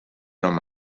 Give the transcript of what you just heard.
nom